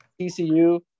TCU